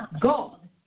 God